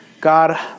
God